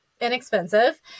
inexpensive